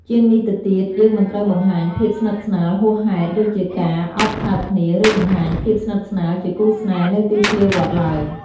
ជាងនេះទៅទៀត យើងមិនត្រូវបង្ហាញភាពស្និទ្ធស្នាលហួសហេតុដូចជាការ ឱបថើបគ្នា ឬបង្ហាញភាពស្និទ្ធស្នាលជាគូស្នេហ៍នៅទីធ្លាវត្តឡើយ។